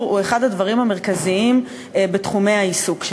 הוא אחד הדברים המרכזיים בתחומי העיסוק שלה,